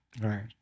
Right